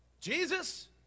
Jesus